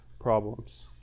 problems